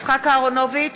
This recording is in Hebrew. יצחק אהרונוביץ,